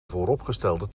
vooropgestelde